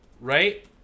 right